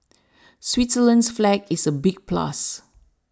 Switzerland's flag is a big plus